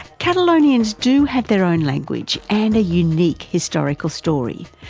catalonians do have their own language and a unique historical story,